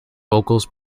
vocals